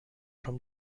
from